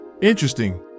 Interesting